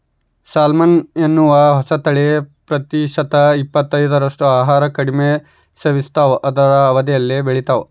salmon ಎನ್ನುವ ಹೊಸತಳಿ ಪ್ರತಿಶತ ಇಪ್ಪತ್ತೈದರಷ್ಟು ಆಹಾರ ಕಡಿಮೆ ಸೇವಿಸ್ತಾವ ಅರ್ಧ ಅವಧಿಯಲ್ಲೇ ಬೆಳಿತಾವ